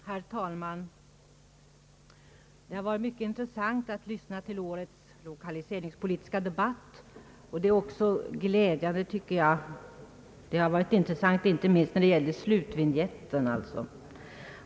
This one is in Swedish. Herr talman! Det har varit mycket intressant att lyssna till årets lokaliseringspolitiska debatt, inte minst beträffande slutvinjetten.